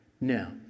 Now